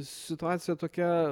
situacija tokia